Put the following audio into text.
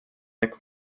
jak